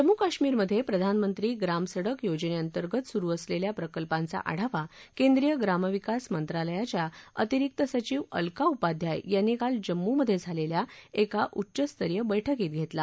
जम्मू कश्मीरमधे प्रधानमंत्री ग्रामसडक योजनेअंतर्गत सुरु असलेल्या प्रकल्पांचा आढावा केंद्रीय ग्रामविकास मंत्रालयाच्या अतिरिक्त सचिव अलका उपाध्याय यांनी काल जम्मूमधे झालेल्या एका उच्चस्तरीय बैठकीत घेतला